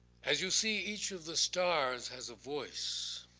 as you see each of the stars has a voice,